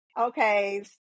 okay